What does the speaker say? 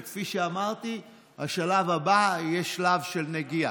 כפי שאמרתי, השלב הבא יהיה שלב של נגיעה.